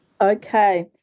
Okay